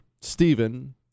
Stephen